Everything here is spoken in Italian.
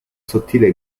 sottile